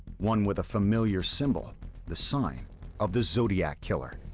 one with a familiar symbol the sign of the zodiac killer.